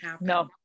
no